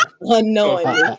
Unknowingly